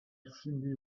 cyndi